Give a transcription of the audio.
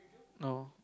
no